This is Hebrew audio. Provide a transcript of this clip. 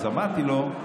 אמרתי לו,